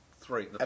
three